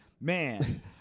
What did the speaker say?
man